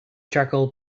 charcoal